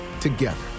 together